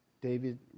David